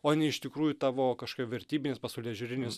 o ne iš tikrųjų tavo kažkokia vertybinis pasaulėžiūrinis